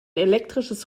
elektrisches